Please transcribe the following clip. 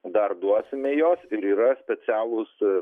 dar duosime jos ir yra specialūs